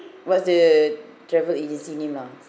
what's the travel agency name lah